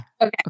Okay